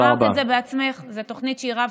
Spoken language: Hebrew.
אמרת את זה בעצמך: זאת תוכנית שהיא רב-שנתית.